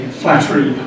flattery